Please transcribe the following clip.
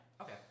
Okay